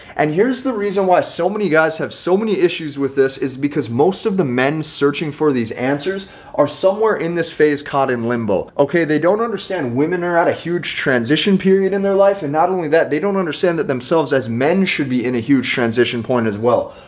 and here's the reason why so many guys have so many issues with this is because most of the men searching for these answers are somewhere in this phase caught in limbo, okay, they don't understand women are at a huge transition period in their life. and not only that, they don't understand that themselves as men should be in a huge transition point as well.